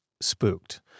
spooked